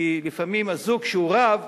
כי לפעמים הזוג, כשהוא רב,